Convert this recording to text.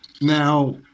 Now